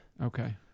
Okay